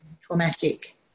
traumatic